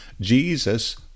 Jesus